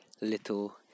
little